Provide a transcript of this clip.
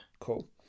cool